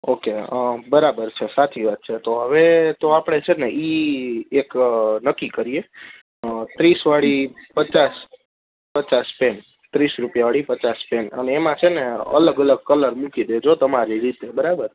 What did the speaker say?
okay બરાબર છે સાચી વાત છે તો હવે તો આપણે છે ને એ એક નક્કી કરીએ ત્રીસવાળી પચાસ પચાસ પેન ત્રીસ રૂપિયાવાળી પચાસ પેન અને એમાં છે ને અલગ અલગ કલર મૂકી દેજો તમારી રીતે બરાબર